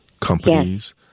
companies